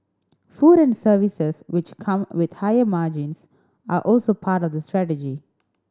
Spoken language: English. food and services which come with higher margins are also part of the strategy